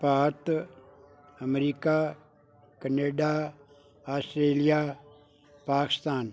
Bharat America Canada Australia Pakistan